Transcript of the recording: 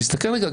שיסתכל רגע,